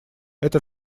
это